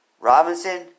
Robinson